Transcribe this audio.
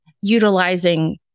utilizing